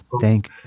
Thank